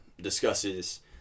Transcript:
discusses